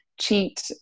cheat